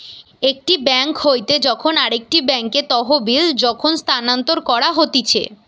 একটি বেঙ্ক হইতে যখন আরেকটি বেঙ্কে তহবিল যখন স্থানান্তর করা হতিছে